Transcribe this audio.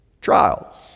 trials